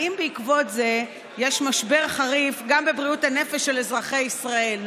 האם בעקבות זאת יש משבר חריף גם בבריאות הנפש של אזרחי ישראל?